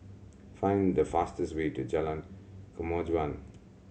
find the fastest way to Jalan Kemajuan